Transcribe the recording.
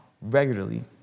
regularly